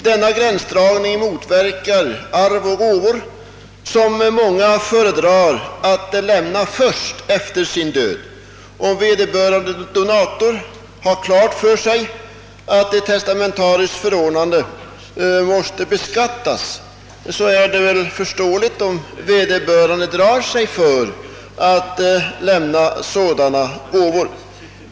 Denna gränsdragning motverkar arv och gåvor, som vederbörande föredrar att lämna först efter sin död. Om vederbörande donator har klart för sig, att ett testamentariskt förordnande måste beskattas, är det förståeligt om han drar sig för att lämna sådana gåvor.